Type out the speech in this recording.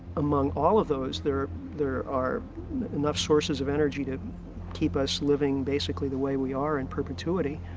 among all of those, there there are enough sources of energy to keep us living basically the way we are in perpetuity.